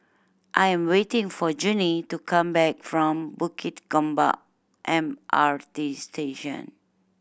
I am waiting for Junie to come back from Bukit Gombak M R T Station